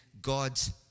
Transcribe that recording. God's